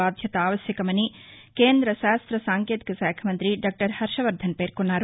బాధ్యత ఆవశ్యకమని కేంద్ర శాస్త్ర సాంకేతిక శాఖ మంతి డాక్టర్ హర్షవర్దన్ పేర్కొన్నారు